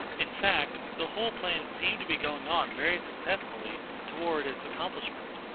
in fact, the whole plan seemed to be going on very successfully toward its accomplishment,